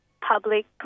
public